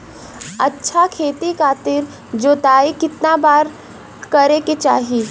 अच्छा खेती खातिर जोताई कितना बार करे के चाही?